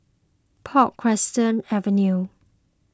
Portchester Avenue